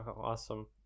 Awesome